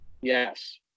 Yes